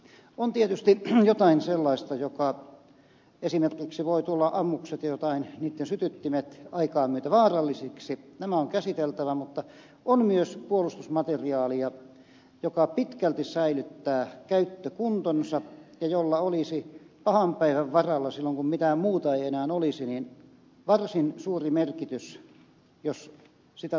on tietysti jotain sellaista esimerkiksi ammukset tai niiden sytyttimet voivat tulla aikaa myöten vaarallisiksi nämä on käsiteltävä mutta on myös puolustusmateriaalia joka pitkälti säilyttää käyttökuntonsa ja jolla olisi pahan päivän varalla silloin kun mitään muuta ei enää olisi varsin suuri merkitys jos sitä tavaraa on